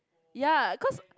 ya cause